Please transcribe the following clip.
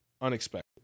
unexpected